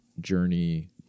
journey